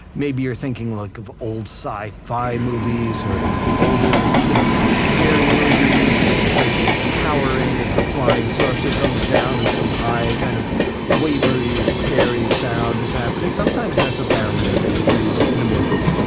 maybe you're thinking like of old sci-fi movies or older you know kind of scary movies you know where the person is cowering as the flying saucer comes down and some high, kind of wavery, scary sound is happening. sometimes that's a theremin that they would use in the movies